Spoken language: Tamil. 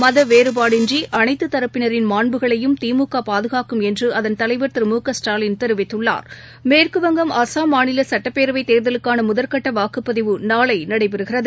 மதவேறபாடின்றிஅனைத்தரப்பினரின் மாண்புகளையும் திமுகபாதுகாக்கும் என்றுஅதன் தலைவர் திரு மு க ஸ்டாலின் தெரிவித்துள்ளார் மேற்குவங்கம் அஸ்ஸாம் மாநிலசட்டப்பேரவைத்தேர்தலுக்கானமுதற்கட்டவாக்குப்பதிவு நாளைநடைபெறுகிறது